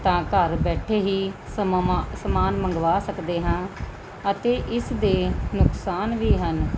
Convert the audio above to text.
ਤਾਂ ਘਰ ਬੈਠੇ ਹੀ ਸਮਮਾਂ ਸਮਾਨ ਮੰਗਵਾ ਸਕਦੇ ਹਾਂ ਅਤੇ ਇਸ ਦੇ ਨੁਕਸਾਨ ਵੀ ਹਨ